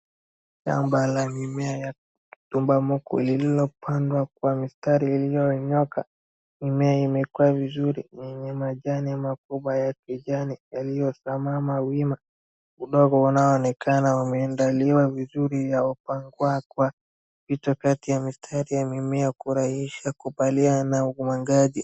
Shamba la mimea ya tumbamoko lilopandwa kwa mistari iliyonyooka. Mimea imekuwa vizuri yenye majani makubwa ya kijani yaliyosiamama wima udogo unaonekana umeandaliwa vizuri umepangwa kwa vito kati ya mistari ya mimea kurahisisha kupalilia na umwangaji.